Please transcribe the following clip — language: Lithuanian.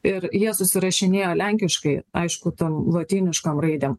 ir jie susirašinėjo lenkiškai aišku ten lotyniškom raidėm